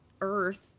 Earth